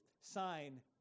sign